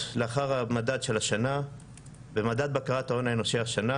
במדד בקרת ההון האנושי השנה,